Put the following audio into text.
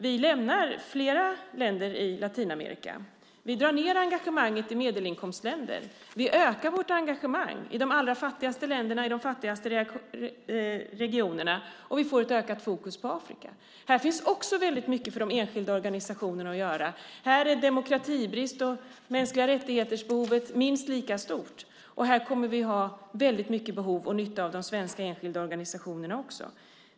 Vi lämnar flera länder i Latinamerika. Vi drar ned engagemanget i medelinkomstländer. Vi ökar vårt engagemang i de allra fattigaste länderna i de fattigaste regionerna, och vi får ökat fokus på Afrika. Här finns också mycket för de enskilda organisationerna att göra. Här är demokratibrist och behovet av mänskliga rättigheter minst lika stort. Här kommer vi att ha stort behov och nytta av de svenska enskilda organisationerna också.